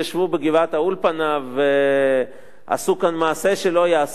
בגבעת-האולפנה ועשו כאן מעשה שלא ייעשה.